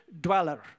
dweller